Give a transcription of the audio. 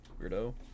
weirdo